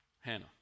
Hannah